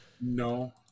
No